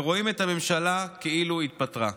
ורואים את הממשלה כאילו התפטרה.